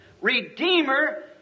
Redeemer